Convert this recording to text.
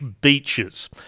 beaches